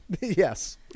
Yes